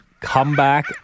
comeback